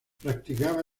practicaba